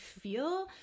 feel